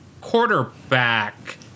quarterback